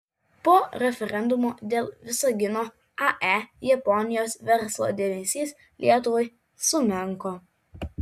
po referendumo dėl visagino ae japonijos verslo dėmesys lietuvai sumenko